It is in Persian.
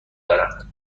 دارم